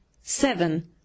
Seven